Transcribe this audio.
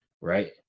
right